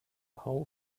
whole